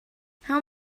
how